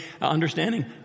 understanding